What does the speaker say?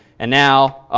and now